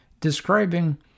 describing